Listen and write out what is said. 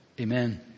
Amen